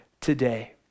today